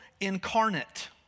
incarnate